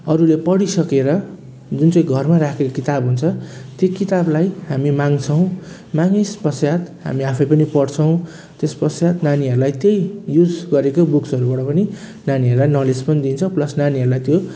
अरूले पढि सकेर जुन चाहिँ घरमा राखेको किताब हुन्छ त्यो किताबलाई हामी माग्छौँ मागिसके पश्च्यात हामी आफै पनि पढ्छौँ त्यस पश्चात नानीहरूलाई त्यहीँ युज गरेकै बुक्सहरूबाट पनि नानीहरूलाई नलेज पनि दिन्छौँ प्लस नानीहरूलाई त्यो